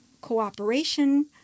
cooperation